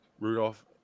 Rudolph